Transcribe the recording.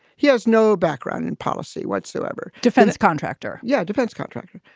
he has no background in policy whatsoever. defense contractor? yeah, defense contractor.